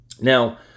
Now